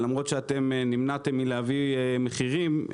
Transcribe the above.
למרות שאתם נמנעתם מלהביא מחירים,